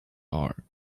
are